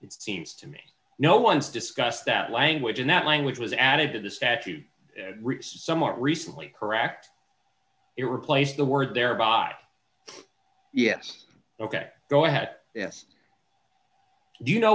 it seems to me no one's discussed that language and that language was added to the statute somewhat recently correct it replaced the word there by yes ok go ahead yes do you know